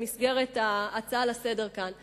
במסגרת ההצעה לסדר-היום כאן,